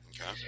Okay